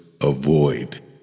avoid